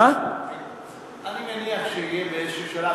אני מניח שיהיה באיזשהו שלב,